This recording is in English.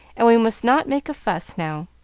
and we must not make a fuss now.